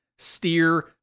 Steer